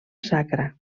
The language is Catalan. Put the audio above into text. sacra